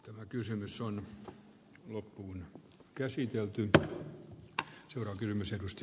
tämä kysymys on loppuun käsitelty mutta se on olisi